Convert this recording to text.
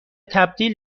تبدیل